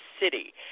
city